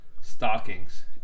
stockings